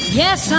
yes